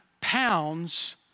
pounds